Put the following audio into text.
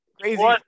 Crazy